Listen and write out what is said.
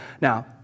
now